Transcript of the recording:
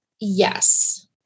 Yes